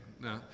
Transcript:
no